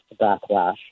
backlash